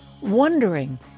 wondering